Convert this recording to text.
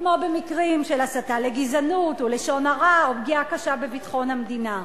כמו במקרים של הסתה לגזענות ולשון הרע או פגיעה קשה בביטחון המדינה.